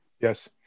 Yes